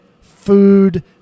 food